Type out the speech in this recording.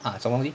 ah 什么东西